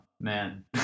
man